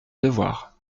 devoir